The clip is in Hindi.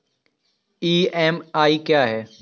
ई.एम.आई क्या है?